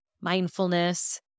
mindfulness